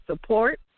support